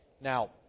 Now